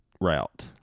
route